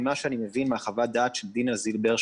ממה שאני מבין מחוות הדעת של דינה זילבר,